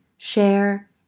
share